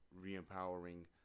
re-empowering